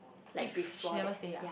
if she never stay ah